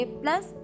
plus